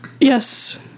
Yes